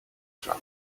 drum